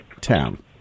town